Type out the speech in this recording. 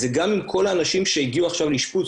היא שגם אם כל האנשים שהגיעו עכשיו לאשפוז,